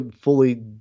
fully